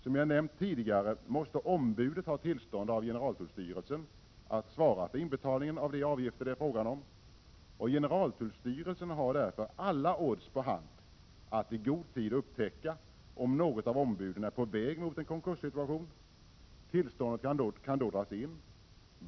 Som jag nämnt tidigare måste ombudet ha tillstånd av generaltullstyrelsen att svara för inbetalningen av de avgifter det är fråga om. Generaltullstyrelsen har därför alla odds på hand när det gäller att i god tid upptäcka om något av ombuden är på väg mot en 57 konkurssituation. Tillståndet kan då dras in.